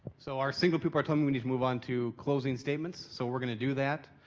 so, our signal people are telling me to move on to closing statements. so we're going to do that.